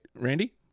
Randy